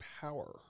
power